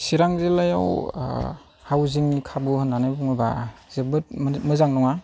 चिरां जिल्लायाव हाउजिंनि खाबु होननानै बुङोब्ला जोबोद माने मोजां नङा